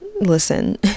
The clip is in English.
listen